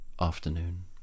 afternoon